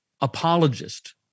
apologist